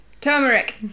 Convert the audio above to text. Turmeric